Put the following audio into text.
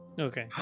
okay